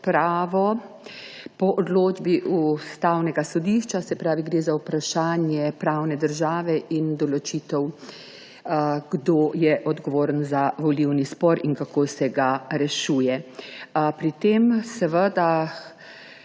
odpravo po odločbi Ustavnega sodišča. Se pravi, gre za vprašanje pravne države in določitev, kdo je odgovoren za volilni spor in kako se ga rešuje. Pri tem